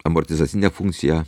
amortizacinę funkciją